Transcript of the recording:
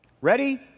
Ready